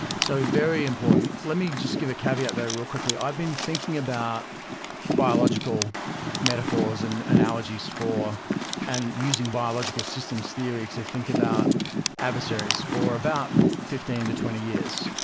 so very important. let me just give a caveat though real quickly. i've been thinking about biological metaphors and analogies, and using biological systems theory to think about adversaries for about fifteen to twenty years.